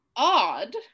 odd